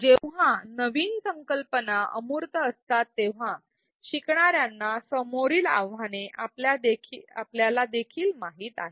जेव्हा नवीन संकल्पना अमूर्त असतात तेव्हा शिकणार्याना समोरील आव्हाने आपल्याला देखील माहित आहेत